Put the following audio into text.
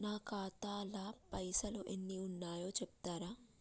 నా ఖాతా లా పైసల్ ఎన్ని ఉన్నాయో చెప్తరా?